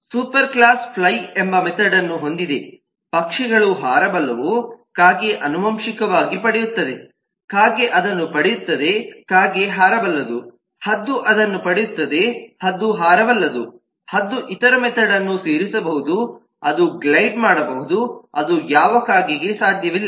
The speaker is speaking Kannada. ಸೂಪರ್ ಕ್ಲಾಸ್ ಫ್ಲೈ ಎಂಬ ಮೆಥೆಡ್ಅನ್ನು ಹೊಂದಿದೆ ಪಕ್ಷಿಗಳು ಹಾರಬಲ್ಲವು ಕಾಗೆ ಆನುವಂಶಿಕವಾಗಿ ಪಡೆಯುತ್ತದೆ ಕಾಗೆ ಅದನ್ನು ಪಡೆಯುತ್ತದೆ ಕಾಗೆ ಹಾರಬಲ್ಲದು ಹದ್ದು ಅದನ್ನು ಪಡೆಯುತ್ತದೆ ಹದ್ದು ಹಾರಬಲ್ಲದು ಹದ್ದು ಇತರ ಮೆಥೆಡ್ಅನ್ನು ಸೇರಿಸಬಹುದು ಅದು ಗ್ಲೈಡ್ ಮಾಡಬಹುದು ಅದು ಯಾವ ಕಾಗೆಗೆ ಸಾಧ್ಯವಿಲ್ಲ